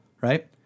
right